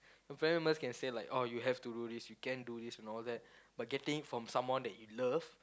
your family members can say like oh you have to do this you can do this and all that but getting it from someone that you love